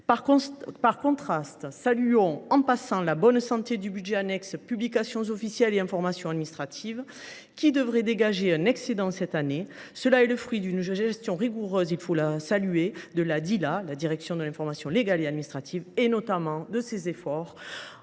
Par contraste, félicitons nous au passage de la bonne santé du budget annexe « Publications officielles et information administrative », qui devrait dégager un excédent cette année. C’est là le fruit d’une gestion rigoureuse, qu’il faut saluer, de la direction de l’information légale et administrative, notamment de ses efforts